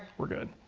we're good.